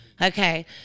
Okay